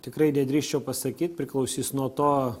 tikrai nedrįsčiau pasakyt priklausys nuo to